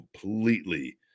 completely